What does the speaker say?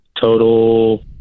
Total